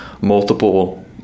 multiple